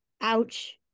ouch